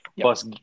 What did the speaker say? Plus